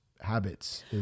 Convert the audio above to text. habits